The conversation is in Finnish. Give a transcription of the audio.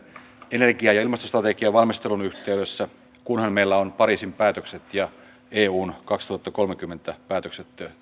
energia ja ilmastostrategian valmistelun yhteydessä kunhan meillä on pariisin päätökset ja eun kaksituhattakolmekymmentä päätökset